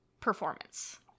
performance